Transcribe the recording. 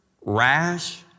rash